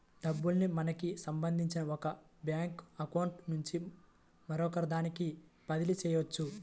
డబ్బుల్ని మనకి సంబంధించిన ఒక బ్యేంకు అకౌంట్ నుంచి మరొకదానికి బదిలీ చెయ్యొచ్చు